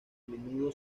menudo